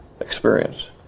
experience